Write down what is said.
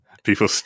People